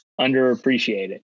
underappreciated